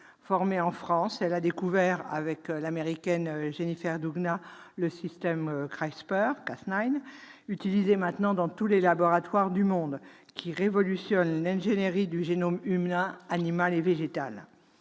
Formée en France, elle a découvert avec l'Américaine Jennifer Doudna le système CRISPR-Cas9, utilisé maintenant dans les laboratoires du monde entier, qui révolutionne l'ingénierie du génome humain, animal et végétal.